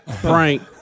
frank